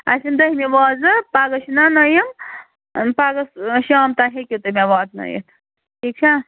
اَسہِ یِنۍ دٔہمہِ وازٕ پَگاہ چھِنَہ نٔیِم پَگاہ شام تانۍ ہیٚکِو تُہۍ مےٚ واتنٲیِتھ ٹھیٖک چھا